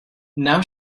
now